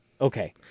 Okay